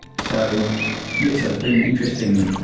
so yeah so it's been interesting.